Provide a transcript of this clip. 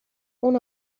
اون